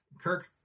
Kirk